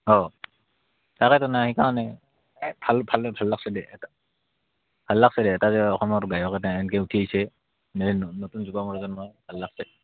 অ' তাকেটো ন সেইকাৰণে এই ভাল লাগিছে দে ভাল লাগিছে দে এটা যে অসমৰ গায়ক এটা এনেকৈ উঠি আহিছে নতুন যুৱ প্ৰজন্মৰ ভাল লাগিছে